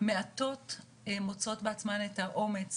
מעטות מוצאות בעצמן את האומץ